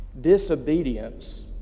Disobedience